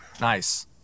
Nice